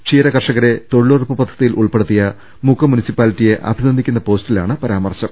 ക്ഷീര കർഷകരെ തൊഴിലുറപ്പ് പദ്ധതിയിൽ ഉൾപ്പെടുത്തിയ മുക്കം മുനിസിപ്പാലിറ്റിയെ അഭിനന്ദിക്കുന്ന പോസ്റ്റിലാണ് പരാമർശം